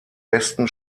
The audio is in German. westen